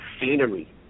scenery